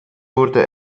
wurde